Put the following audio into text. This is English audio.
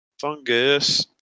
Fungus